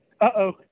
Uh-oh